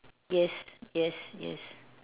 yes yes yes